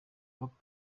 papa